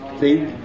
see